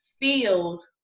field